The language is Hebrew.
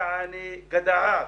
תודה רבה.